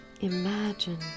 Imagine